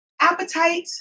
appetite